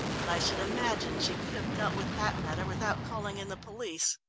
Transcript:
but i should imagine she could have dealt with that matter without calling in the police.